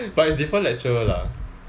but it's different lecturer lah